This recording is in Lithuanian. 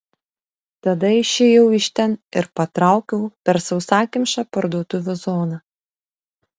tada išėjau iš ten ir patraukiau per sausakimšą parduotuvių zoną